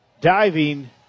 diving